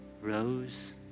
rose